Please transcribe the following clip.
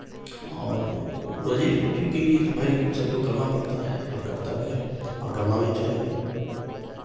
और रोज़ी रोटी के लिए तो भाई सबको करना पड़ता है और करता भी है और करना भी चाहिए